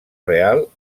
real